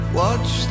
watch